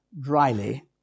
dryly